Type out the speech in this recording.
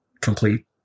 complete